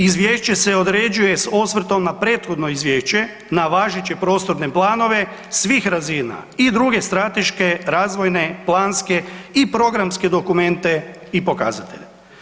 Izvješće se određuje s osvrtom na prethodno izvješće na važeće prostorne planove svih razina i druge strateške, razvojne, planske i programske dokumente i pokazatelje.